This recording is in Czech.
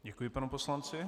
Děkuji panu poslanci.